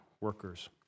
workers